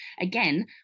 again